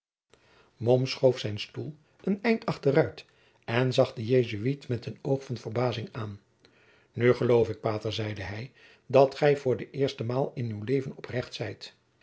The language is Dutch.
schoof zijnen stoel een eind achteruit en zag den jesuit met een oog van verbazing aan nu geloof ik pater zeide hij dat gij voor de eerstemaal in uw leven oprecht zijt